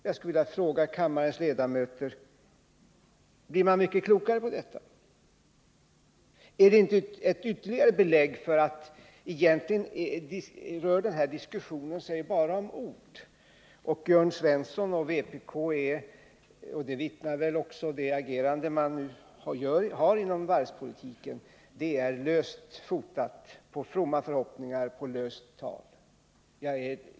Jag skulle vilja fråga kammarens ledamöter: Blir man mycket klokare av detta? Är det inte ett ytterligare belägg för att denna diskussion egentligen rör sig bara om ord? Jörn Svenssons och vpk:s agerande i fråga om varvspolitiken är fotat på fromma förhoppningar och löst tal.